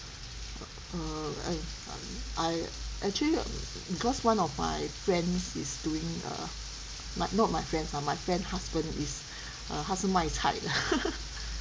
err I I actually because one of my friends is doing err but not my friends ah my friend husband is 他是卖菜的